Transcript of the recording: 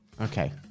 Okay